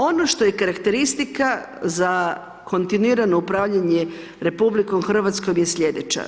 Ono što je karakteristika za kontinuirano upravljanje RH je slijedeća.